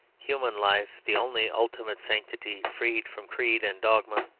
human life, the only ultimate sanctity, freed from creed and dogma.